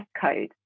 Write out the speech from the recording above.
code